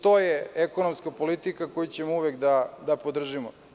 To je ekonomska politika koju ćemo uvek da podržimo.